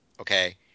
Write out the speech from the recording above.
okay